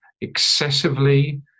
excessively